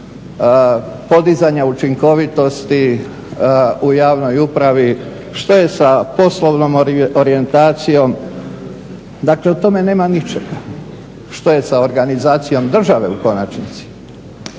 podizanja učinkovitosti u javnoj upravi? Što je sa poslovnom orijentacijom? Dakle u tome nema ničega. Što je sa organizacijom države u konačnici?